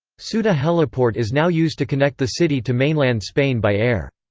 ceuta heliport is now used to connect the city to mainland spain by air.